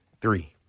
three